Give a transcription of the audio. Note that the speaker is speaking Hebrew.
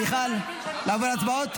ואני מקווה שזה יקרה בקרוב.